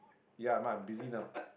ya ah ma I'm busy now